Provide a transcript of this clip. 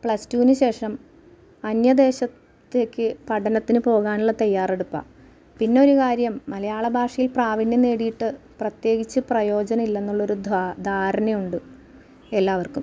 plus ടുവിന് ശേഷം അന്യദേശത്തേക്ക് പഠനത്തിന് പോകാനുള്ള തയ്യാറെടുപ്പാണ് പിന്നൊരു കാര്യം മലയാള ഭാഷയിൽ പ്രാവീണ്യം നേടിയിട്ട് പ്രത്യേകിച്ച് പ്രയോജനം ഇല്ലെന്നുള്ളൊരു ധ ധാരണയുണ്ട് എല്ലാവർക്കും